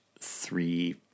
three